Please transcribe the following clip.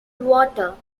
water